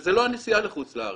וזה לא הנסיעה לחוץ לארץ,